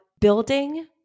building